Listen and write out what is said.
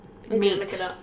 meat